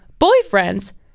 Boyfriends